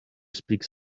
speaks